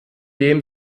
dem